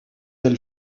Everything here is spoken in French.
elle